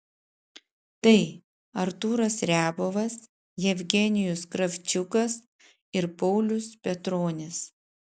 tai artūras riabovas jevgenijus kravčiukas ir paulius petronis